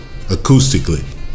acoustically